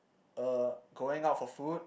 uh going out for food